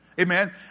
Amen